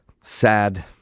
sad